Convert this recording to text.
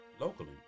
locally